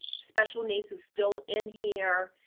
special needs is still in here.